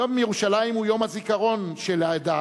יום ירושלים הוא יום הזיכרון של העדה